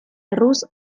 erruz